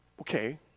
Okay